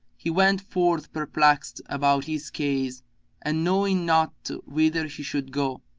he went forth perplexed about his case and knowing not whither he should go